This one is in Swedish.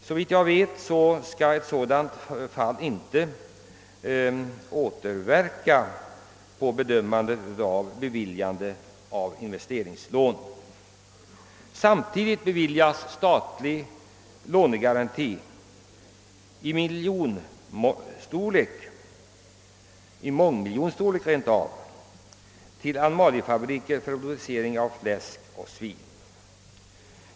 Såvitt jag vet skall sådant inte inverka på beviljande av investeringslån. Samtidigt beviljas statlig lånegaranti till miljonbelopp eller rent av för många miljoner till animaliefabriker för producering av fläsk.